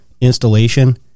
installation